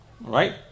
right